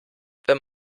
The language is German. wenn